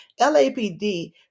lapd